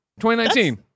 2019